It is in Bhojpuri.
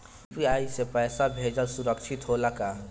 यू.पी.आई से पैसा भेजल सुरक्षित होला का?